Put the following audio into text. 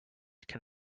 can